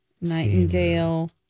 Nightingale